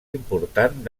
important